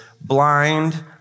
blind